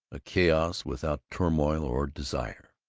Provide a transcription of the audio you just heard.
a chaos without turmoil or desire.